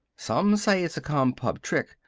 some say it's a compub trick.